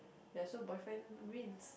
ya so boyfriend win